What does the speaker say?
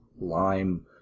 lime